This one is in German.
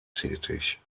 tätig